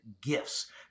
gifts